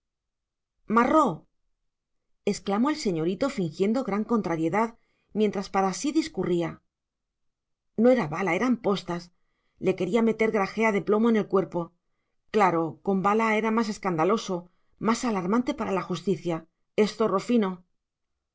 exclamó el señorito fingiendo gran contrariedad mientras para sí discurría no era bala eran postas le quería meter grajea de plomo en el cuerpo claro con bala era más escandaloso más alarmante para la justicia es